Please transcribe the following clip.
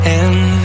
end